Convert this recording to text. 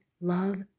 love